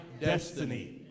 destiny